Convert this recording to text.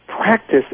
practice